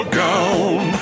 gown